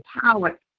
power